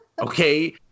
Okay